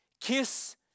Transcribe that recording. Kiss